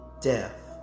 death